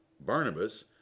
Barnabas